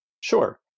Sure